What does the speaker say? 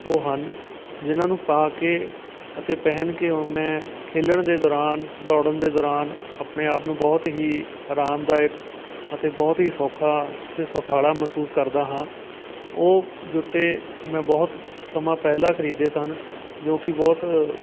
ਉਹ ਹਨ ਜਿਨ੍ਹਾਂ ਨੂੰ ਪਾ ਕੇ ਅਤੇ ਪਹਿਨ ਕੇ ਉਹ ਮੈਂ ਖੇਡਣ ਦੇ ਦੌਰਾਨ ਦੌੜਨ ਦੇ ਦੌਰਾਨ ਆਪਣੇ ਆਪ ਨੂੰ ਬਹੁਤ ਹੀ ਅਰਾਮਦਾਇਕ ਅਤੇ ਬਹੁਤ ਹੀ ਸੌਖਾ ਅਤੇ ਸੁਖਾਲਾ ਮਹਿਸੂਸ ਕਰਦਾ ਹਾਂ ਉਹ ਜੁੱਤੇ ਮੈਂ ਬਹੁਤ ਸਮਾਂ ਪਹਿਲਾਂ ਖਰੀਦੇ ਸਨ ਜੋ ਕਿ ਬਹੁਤ